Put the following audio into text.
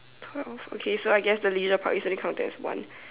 twelve okay so I guess the leader part is only counted as one